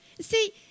See